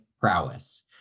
prowess